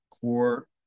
core